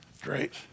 Great